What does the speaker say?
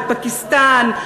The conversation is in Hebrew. בפקיסטן,